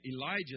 Elijah